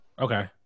Okay